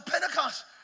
Pentecost